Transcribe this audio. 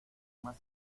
más